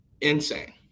Insane